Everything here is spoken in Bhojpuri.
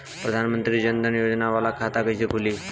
प्रधान मंत्री जन धन योजना वाला खाता कईसे खुली?